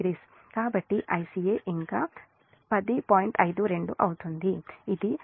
52 అవుతుంది ఇది∟138